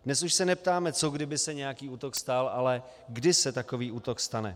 Dnes už se neptáme, co kdyby se nějaký útok stal, ale kdy se takový útok stane.